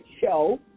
show